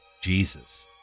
Jesus